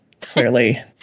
clearly